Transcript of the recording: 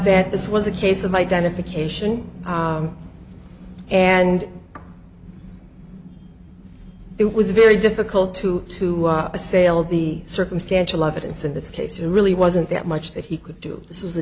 that this was a case of identification and it was very difficult to to assail the circumstantial evidence in this case really wasn't that much that he could do this was